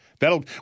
That'll